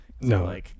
No